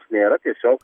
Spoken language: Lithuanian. nėra tiesiog